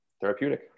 therapeutic